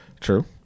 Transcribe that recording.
True